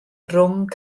rhwng